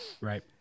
Right